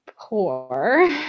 poor